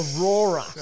Aurora